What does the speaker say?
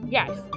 Yes